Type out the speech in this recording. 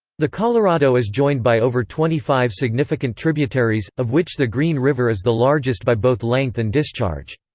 the colorado is joined by over twenty five significant tributaries, of which the green river is the largest by both length and discharge.